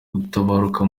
gutabaruka